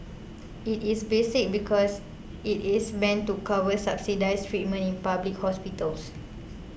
it is basic because it is meant to cover subsidised treatment in public hospitals